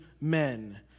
men